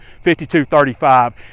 52-35